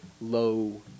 low